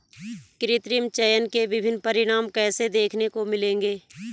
कृत्रिम चयन के विभिन्न परिणाम कैसे देखने को मिलेंगे?